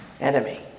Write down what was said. enemy